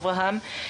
אברהם.